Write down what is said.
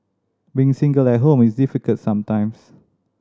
being single at home is difficult sometimes